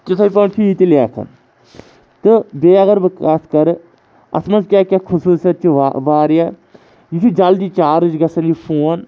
تِتھَے پٲٹھۍ چھِ یِتہِ لیکھان تہٕ بیٚیہِ اگر بہٕ کَتھ کَرٕ اَتھ منٛز کیاہ کیاہ خصوٗصیات چھِ وَ واریاہ یہِ چھُ جلدی چارٕج گژھان یہِ فون